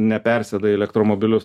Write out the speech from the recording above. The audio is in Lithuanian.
nepersėda į elektromobilius